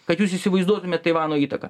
kad jūs įsivaizduotumėt taivano įtaką